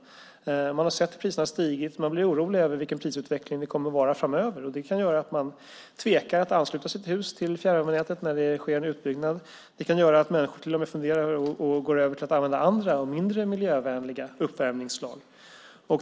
Man har sett hur priserna stigit. Man blir orolig över vilken prisutveckling det kommer att vara framöver. Det kan göra att man tvekar att ansluta sig till fjärrvärmenätet när utbyggnad sker. Det kan göra att människor till och med funderar över att gå över till att använda andra, mindre miljövänliga uppvärmningsslag.